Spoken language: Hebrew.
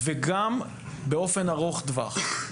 וגם באופן ארוך טווח.